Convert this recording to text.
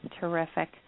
terrific